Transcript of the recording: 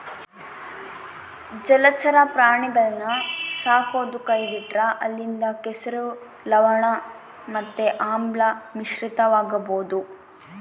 ಜಲಚರ ಪ್ರಾಣಿಗುಳ್ನ ಸಾಕದೊ ಕೈಬಿಟ್ರ ಅಲ್ಲಿಂದ ಕೆಸರು, ಲವಣ ಮತ್ತೆ ಆಮ್ಲ ಮಿಶ್ರಿತವಾಗಬೊದು